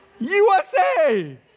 USA